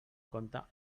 compta